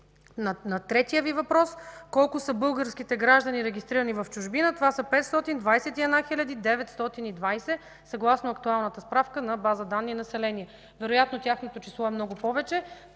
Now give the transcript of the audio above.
На третия Ви въпрос: колко са българските граждани, регистрирани в чужбина? Това са 521 920 съгласно актуалната справка на Национална база данни „Население”. Вероятно тяхното число е много повече,